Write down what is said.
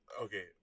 Okay